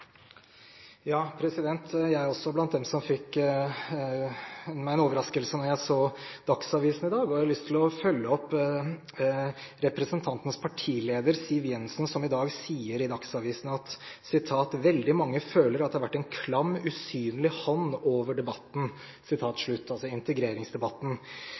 Jeg er også blant dem som fikk meg en overraskelse da jeg så Dagsavisen i dag. Jeg har lyst til å følge opp det som representantens partileder, Siv Jensen, i dag sier der: «Veldig mange føler at det har vært en klam, usynlig hånd over debatten» – altså integreringsdebatten.